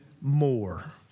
more